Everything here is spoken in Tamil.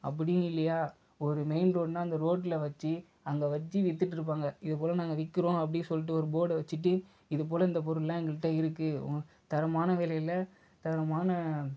அப்படி இல்லையா ஒரு மெயின் ரோடுனா அந்த ரோட்டில் வச்சு அங்கே வச்சு விற்றுட்டுருப்பாங்க இதுபோல் நாங்கள் விற்கிறோம் அப்படி சொல்லிட்டு ஒரு போர்டு வச்சுட்டு இதுபோல் இந்த பொருளெலாம் எங்கள்கிட்ட இருக்குது தரமான விலயில தரமான